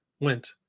went